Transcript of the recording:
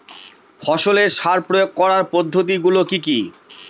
ফসলে সার প্রয়োগ করার পদ্ধতি গুলি কি কী?